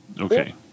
okay